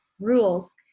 rules